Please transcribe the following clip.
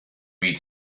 read